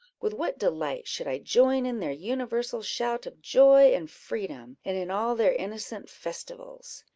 with what delight should i join in their universal shout of joy and freedom, and in all their innocent festivals!